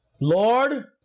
Lord